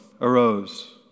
arose